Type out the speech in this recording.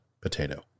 potato